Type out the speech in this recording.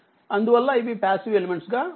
అందువల్ల ఇవి passive elements గా ఉన్నాయి